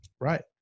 Right